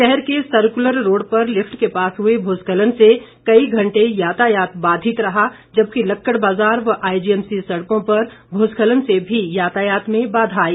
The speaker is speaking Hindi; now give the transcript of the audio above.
शहर के सर्कुलर रोड पर लिफ्ट के पास हुए भूस्खलन से कई घंटे यातायात बाधित रहा जबकि लक्क्ड बाजार व आईजीएमसी सड़कों पर भूस्खलन से भी यातायात में बाधा आई